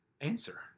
answer